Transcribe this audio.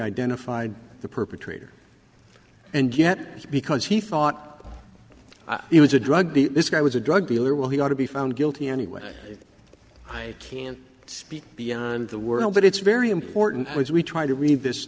identified the perpetrator and yet it's because he thought it was a drug this guy was a drug dealer well he ought to be found guilty anyway i can't speak beyond the world but it's very important when we try to read this